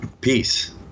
peace